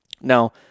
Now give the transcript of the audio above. Now